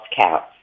cats